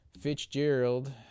Fitzgerald